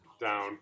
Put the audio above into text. down